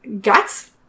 guts